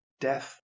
Death